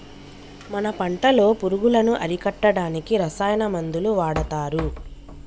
మన పంటలో పురుగులను అరికట్టడానికి రసాయన మందులు వాడతారు